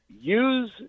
use